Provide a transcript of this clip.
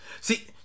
see